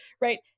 Right